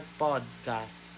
podcast